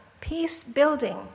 peace-building